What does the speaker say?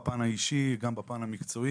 "שגר ושכח", לא שמנו את העובד והתנתקנו.